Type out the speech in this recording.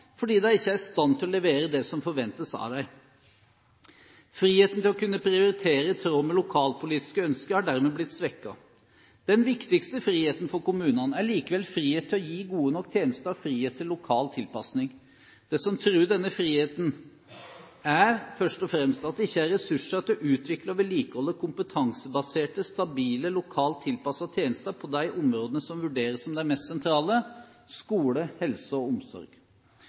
fordi de ikke er i stand til å levere det som forventes av dem. Friheten til å kunne prioritere i tråd med lokalpolitiske ønsker har dermed blitt svekket. Den viktigste friheten for kommunene er likevel frihet til å gi gode nok tjenester og frihet til lokal tilpasning. Det som truer denne friheten, er først og fremst at det ikke er ressurser til å utvikle og vedlikeholde kompetansebaserte, stabile, lokalt tilpassede tjenester på de områdene som vurderes som de mest sentrale: skole, helse og omsorg.